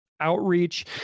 outreach